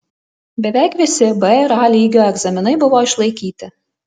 beveik visi b ir a lygio egzaminai buvo išlaikyti